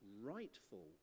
rightful